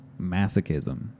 masochism